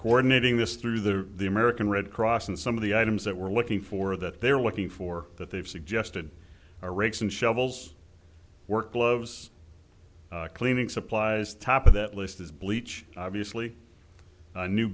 coordinating this through the the american red cross and some of the items that we're looking for that they're looking for that they've suggested are rakes and shovels work gloves cleaning supplies top of that list is bleach obviously